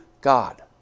God